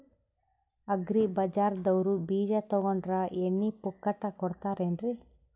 Agri ಬಜಾರದವ್ರು ಬೀಜ ತೊಗೊಂಡ್ರ ಎಣ್ಣಿ ಪುಕ್ಕಟ ಕೋಡತಾರೆನ್ರಿ?